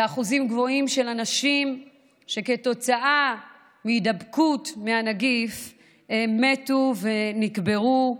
באחוזים גבוהים של אנשים שכתוצאה מהידבקות מהנגיף מתו ונקברו,